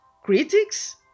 Critics